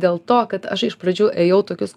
dėl to kad aš iš pradžių ėjau tokius